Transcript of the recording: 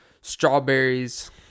strawberries